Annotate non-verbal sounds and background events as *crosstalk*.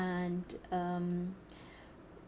and um *breath*